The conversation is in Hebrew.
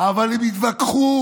הם התווכחו,